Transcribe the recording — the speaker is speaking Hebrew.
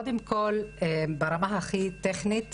קודם כל ברמה הכי טכנית